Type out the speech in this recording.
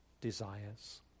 desires